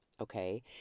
okay